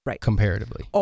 comparatively